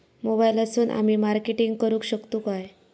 मोबाईलातसून आमी मार्केटिंग करूक शकतू काय?